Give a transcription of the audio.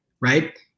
right